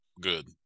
good